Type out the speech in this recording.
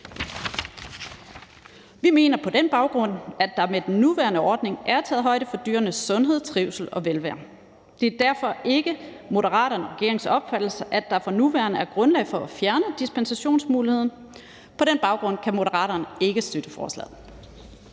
Vi mener på den baggrund, at der med den nuværende ordning er taget højde for dyrenes sundhed, trivsel og velvære. Det er derfor ikke Moderaternes og regeringens opfattelse, at der for nuværende er grundlag for at fjerne dispensationsmuligheden. På den baggrund kan Moderaterne ikke støtte forslaget.